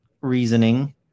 reasoning